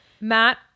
Matt